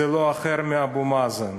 זה לא אחר מאבו מאזן,